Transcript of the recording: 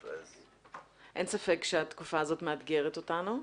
אין ספק שהתקופה הזאת מאתגרת אותנו,